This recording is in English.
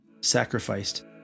sacrificed